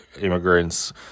Immigrants